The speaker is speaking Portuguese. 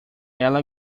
ela